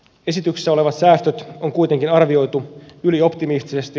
esityksessä olevat säästöt on kuitenkin arvioitu ylioptimistisesti